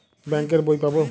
Bank এর বই পাবো?